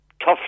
tough